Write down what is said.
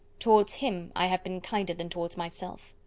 towards him i have been kinder than towards myself.